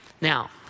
Now